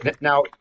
Now